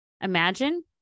Imagine